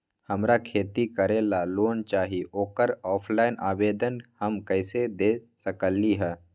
हमरा खेती करेला लोन चाहि ओकर ऑफलाइन आवेदन हम कईसे दे सकलि ह?